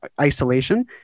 isolation